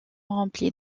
rempli